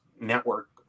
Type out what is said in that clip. network